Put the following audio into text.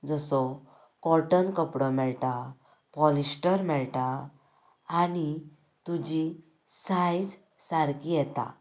जसो काॅटन कपडो मेळटा पोलिस्टर मेळटा आनी तुजी सायज सारकी येता